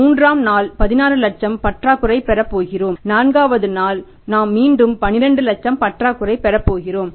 மூன்றாம் நாள் 16 லட்சம் பற்றாக்குறையைப் பெறப் போகிறோம் நான்காவது நாள் நாம் மீண்டும் 12 லட்சம் பற்றாக்குறை பெறப் போகிறோம்